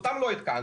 אותם לא עדכנתי.